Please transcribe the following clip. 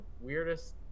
weirdest